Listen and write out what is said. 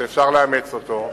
שאפשר לאמץ אותו,